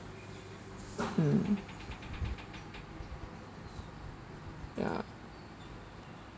mm ya